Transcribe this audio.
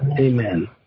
Amen